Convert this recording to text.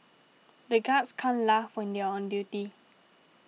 the guards can't laugh when they are on duty